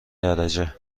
درجه